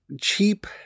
cheap